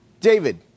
David